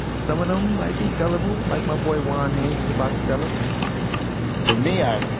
some of them might be gullible. like my boy, juan haines, is about to tell us for me, i,